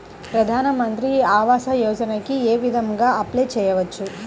ప్రధాన మంత్రి ఆవాసయోజనకి ఏ విధంగా అప్లే చెయ్యవచ్చు?